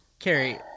Carrie